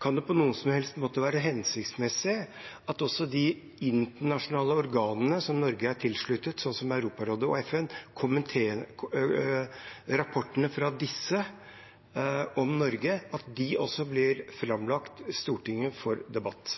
Kan det på noen som helst måte være hensiktsmessig at også rapportene fra de internasjonale organene som Norge er tilsluttet, sånn som Europarådet og FN, blir framlagt for Stortinget til debatt?